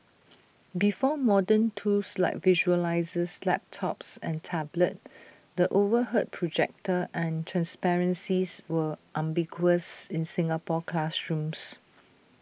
before modern tools like visualisers laptops and tablets the overhead projector and transparencies were ubiquitous in Singapore classrooms